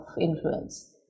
influence